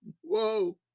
Whoa